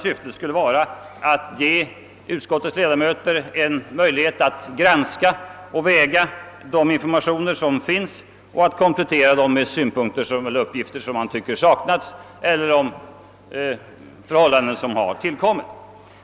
Syftet är att ge utskottets ledamöter en möjlighet att granska och väga de informationer som lämnas samt att komplettera dem med uppgifter som man tycker saknas eller upplysningar om förhållanden som har tillkommit.